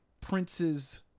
Prince's